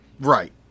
Right